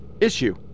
issue